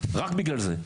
רק בגלל זה.